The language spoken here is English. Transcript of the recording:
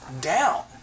down